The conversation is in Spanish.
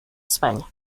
españa